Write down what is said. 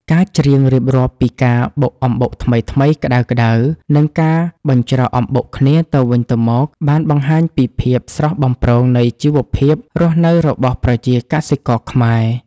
ការច្រៀងរៀបរាប់ពីការបុកអំបុកថ្មីៗក្តៅៗ និងការបញ្ច្រកអំបុកគ្នាទៅវិញទៅមក បានបង្ហាញពីភាពស្រស់បំព្រងនៃជីវភាពរស់នៅរបស់ប្រជាកសិករខ្មែរ